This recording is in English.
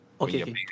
Okay